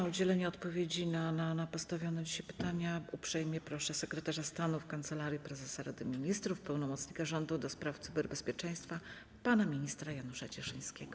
O udzielenie odpowiedzi na postawione dzisiaj pytania uprzejmie proszę sekretarza stanu w Kancelarii Prezesa Rady Ministrów, pełnomocnika rządu do spraw cyberbezpieczeństwa pana ministra Janusza Cieszyńskiego.